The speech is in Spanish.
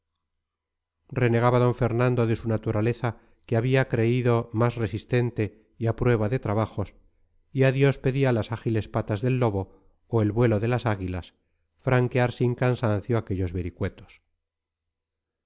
d fernando de su naturaleza que había creído más resistente y a prueba de trabajos y a dios pedía las ágiles patas del lobo o el vuelo de las águilas franquear sin cansancio aquellos vericuetos